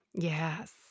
Yes